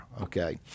okay